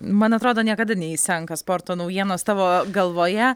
man atrodo niekada neišsenka sporto naujienos tavo galvoje